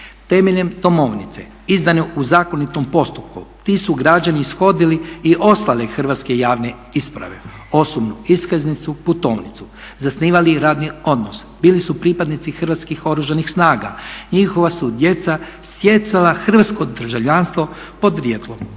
Temeljem domovnice izdane u zakonitom postupku ti su građani ishodili i ostale hrvatske javne isprave osobnu iskaznicu, putovnicu, zasnivali radni odnos, bili su pripadnici hrvatskih Oružanih snaga, njihova su djeca stjecala hrvatsko državljanstvo podrijetlom,